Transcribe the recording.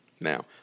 Now